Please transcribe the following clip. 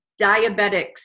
diabetics